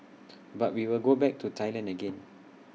but we will go back to Thailand again